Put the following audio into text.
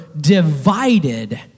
divided